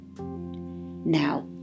Now